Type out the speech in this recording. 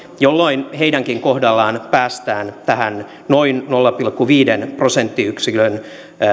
jolloin heidänkin kohdallaan päästään tähän noin nolla pilkku viiden prosenttiyksikön